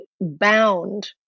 bound